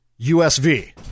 USV